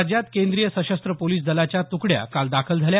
राज्यात केंद्रीय सशस्त्र पोलिस दलाच्या तुकड्या काल दाखल झाल्या